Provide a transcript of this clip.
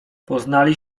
poznali